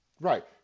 Right